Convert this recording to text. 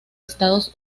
estados